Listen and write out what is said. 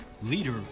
Leader